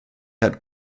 had